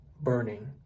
burning